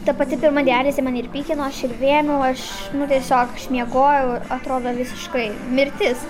ta pati pirma dializė mane ir pykino aš ir vėmiau aš tiesiog aš miegojau atrodo visiškai mirtis